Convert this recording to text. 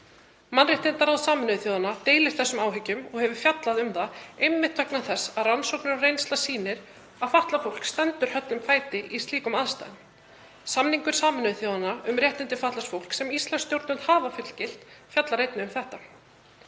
Mannréttindaráð Sameinuðu þjóðanna deilir þessum áhyggjum og hefur fjallað um það, einmitt vegna þess að rannsóknir og reynsla sýnir að fatlað fólk stendur höllum fæti í slíkum aðstæðum. Samningur Sameinuðu þjóðanna um réttindi fatlaðs fólks, sem íslensk stjórnvöld hafa fullgilt, fjallar einnig um þetta.